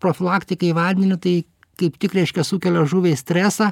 profilaktikai vandeniu tai kaip tik reiškia sukelia žuviai stresą